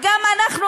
וגם אנחנו,